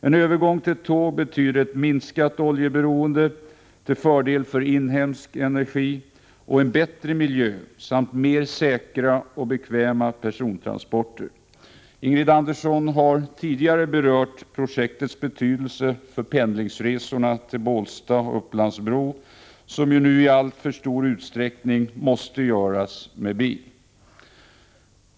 En övergång till tåg betyder ett minskat oljeberoende till fördel för inhemsk energi och en bättre miljö samt mer säkra och bekväma persontransporter. Ingrid Andersson har tidigare berört projektets betydelse för pendlingsresorna till Bålsta, Upplands-Bro, som nu måste i allt för stor utsträckning göras med bil.